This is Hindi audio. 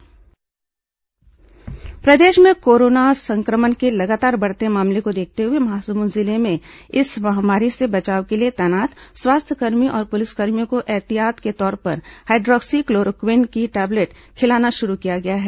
हाईड्रॉक्सी क्लोरोक्वीन प्रदेश में कोरोना संक्रमण के लगातार बढ़ते मामले को देखते हुए महासमुंद जिले में इस महामारी से बचाव के लिए तैनात स्वास्थ्यकर्मी और पुलिसकर्मियों को एहतियात के तौर पर हाईड्रॉक्सी क्लोरोक्वीन की टैबलेट खिलाना शुरू किया गया है